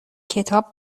کتاب